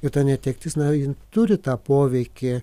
ir ta netektis na ji turi tą poveikį